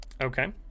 Okay